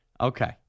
Okay